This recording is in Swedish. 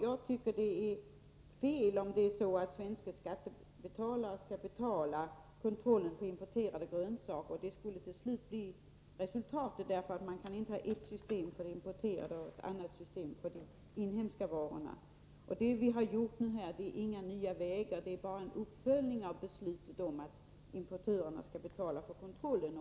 Jag tycker att det är fel om svenska skattebetalare skall betala kontrollen av importerade grönsaker. Det är ju vad resultatet skulle bli till slut, för man kan inte ha ett system för importerade och ett annat för inhemska varor. Det vi nu har gjort innebär inte att vi valt en ny väg, utan det är bara en uppföljning av beslutet om att importörerna skall betala för kontrollen.